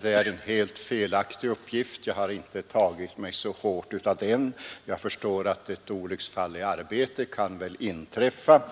Det är en helt felaktig uppgift. Jag har inte tagit den så hårt, jag förstår att ett olycksfall i arbete kan inträffa.